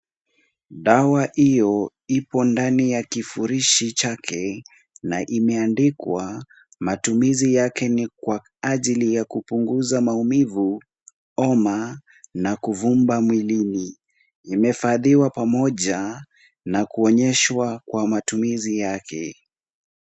Dawa hiyo ipo ndani ya kifurushi chake na imeandikwa matumizi yake ni kwa ajili ya kupunguza maumivu, homa na kuvumba mwilini. Imehifadhiwa pamoja na kuonyeshwa kwa matumizi yake.